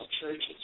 churches